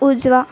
उजवा